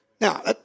Now